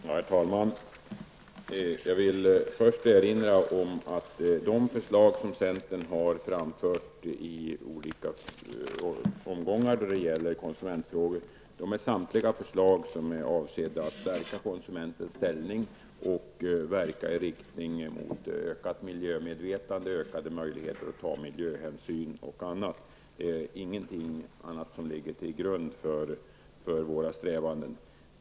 Herr talman! Jag vill först erinra om att de förslag som centern har framfört i olika omgångar om konsumentfrågor är avsedda att stärka konsumenternas ställning och verka i riktning mot ökat miljömedvetande och ökade möjligheter att ta miljöhänsyn osv. Det är ingenting annat som ligger till grund för våra strävanden.